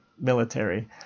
military